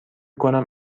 کنم